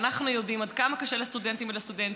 ואנחנו יודעים עד כמה קשה לסטודנטים ולסטודנטיות.